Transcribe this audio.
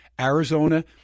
Arizona